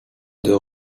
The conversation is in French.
deux